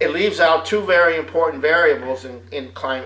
it leaves out two very important variables and in cli